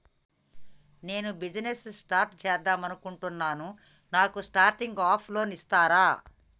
నేను business start చేద్దామనుకుంటున్నాను నాకు స్టార్టింగ్ అప్ లోన్ ఇస్తారా?